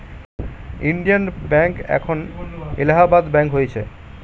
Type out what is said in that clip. Indian bank এখন Allahabad bank হয়েছে